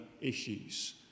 issues